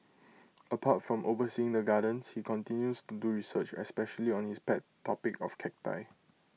apart from overseeing the gardens he continues to do research especially on his pet topic of cacti